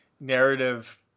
narrative